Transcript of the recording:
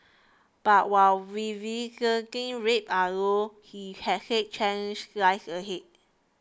but while recidivism rates are low he had said challenges lies ahead